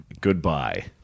Goodbye